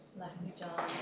leslie john